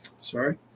Sorry